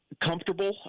Comfortable